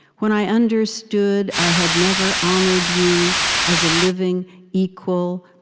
when i understood i had never honored you as a living equal,